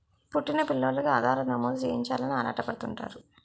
పుట్టిన పిల్లోలికి ఆధార్ నమోదు చేయించాలని ఆరాటపడుతుంటారు